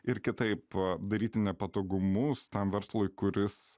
ir kitaip daryti nepatogumus tam verslui kuris